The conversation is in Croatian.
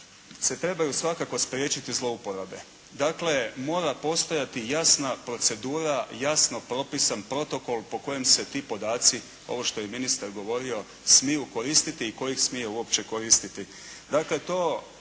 se trebaju svakako spriječiti zlouporabe. Dakle mora postojati jasna procedura, jasno propisan protokol po kojem se ti podaci ovo što je ministar govorio, smiju koristiti i tko ih smije uopće koristiti.